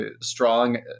strong